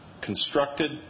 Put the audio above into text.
constructed